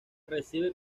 recibe